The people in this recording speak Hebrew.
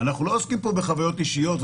אנחנו לא עוסקים פה בחוויות אישיות.